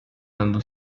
dando